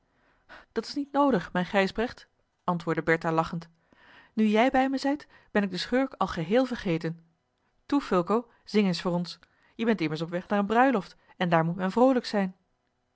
dat is niet noodig mijn gijsbrecht antwoordde bertha lachend nu jij bij me zijt ben ik den schurk al geheel vergeten toe fulco zing eens voor ons je bent immers op weg naar eene bruiloft en daar moet men vroolijk zijn